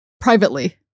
privately